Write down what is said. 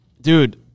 Dude